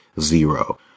zero